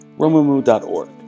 Romumu.org